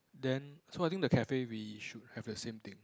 then so I think the cafe we should have the same thing